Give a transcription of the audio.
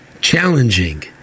challenging